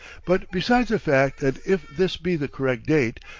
but besides the fact that if this be the correct date,